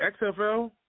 XFL